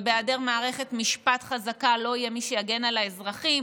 ובהיעדר מערכת משפט חזקה לא יהיה מי שיגן על האזרחים.